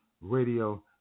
Radio